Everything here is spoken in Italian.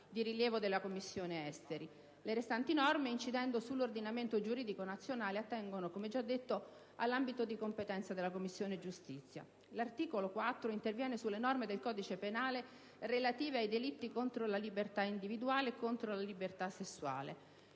di rilievo della Commissione affari esteri. Le restanti norme, incidendo sull'ordinamento giuridico nazionale, attengono - come già detto - all'ambito di competenza della Commissione giustizia. L'articolo 4 interviene sulle norme del codice penale relative ai delitti contro la libertà individuale e contro la libertà sessuale.